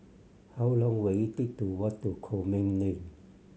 how long will it take to walk to Coleman Lane